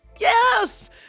Yes